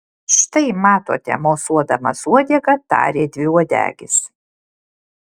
štai matote mosuodamas uodega tarė dviuodegis